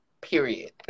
Period